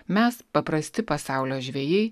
mes paprasti pasaulio žvejai